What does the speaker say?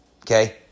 Okay